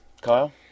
Kyle